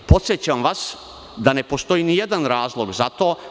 Podsećam vas da ne postoji ni jedan razlog za to.